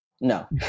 No